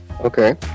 Okay